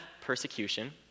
persecution